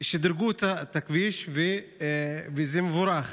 שדרגו את הכביש, וזה מבורך,